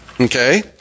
Okay